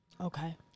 okay